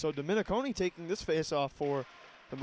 so dominik only taking this face off for the